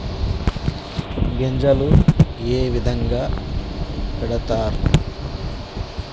గింజలు ఏ విధంగా పెడతారు?